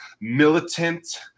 militant